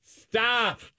stop